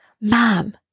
Mom